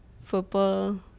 football